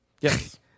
Yes